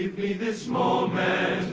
this moment.